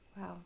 wow